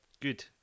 good